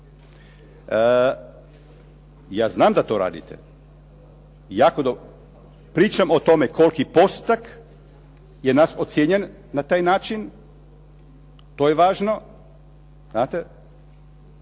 Ja znam da to radite. Pričam o tome koliki postotak je nas ocijenjen na taj način, to je važno. To je